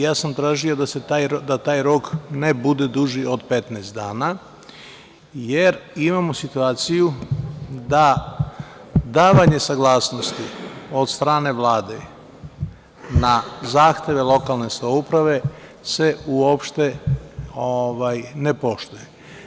Ja sam tražio da taj rok ne bude duži od 15 dana, jer imamo situaciju da davanje saglasnosti od strane Vlade na zahteve lokalne samouprave se uopšte ne poštuje.